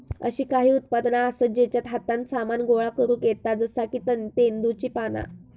अशी काही उत्पादना आसत जेच्यात हातान सामान गोळा करुक येता जसा की तेंदुची पाना